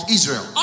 Israel